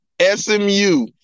SMU